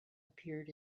appeared